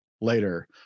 later